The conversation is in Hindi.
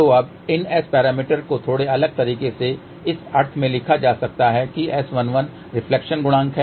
तो अब इन S पैरामीटर्स को थोड़े अलग तरीके से इस अर्थ में लिखा जा सकता है कि S11 रिफ्लेक्शन गुणांक है